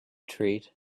treat